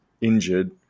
injured